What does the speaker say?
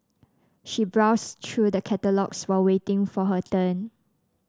she browsed through the catalogues while waiting for her turn